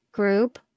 group